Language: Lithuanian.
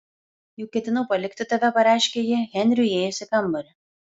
jau ketinau palikti tave pareiškė ji henriui įėjus į kambarį